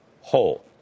whole